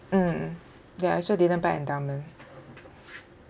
mm ya I also didn't buy endowment